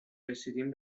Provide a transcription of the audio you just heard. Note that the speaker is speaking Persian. رسیدین